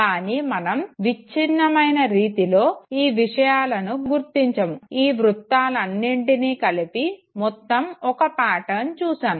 కానీ మనం ఇలా విచ్ఛినమైన రీతిలో ఈ విశ్యాలను గుర్తించము ఈ వృత్తాలు అన్నింటిని కలిపి మొత్తం ఒక పాటర్న్ చూస్తాము